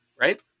Right